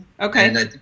Okay